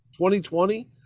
2020